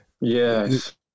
Yes